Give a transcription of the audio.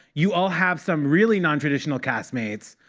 you all have some really non-traditional castmates,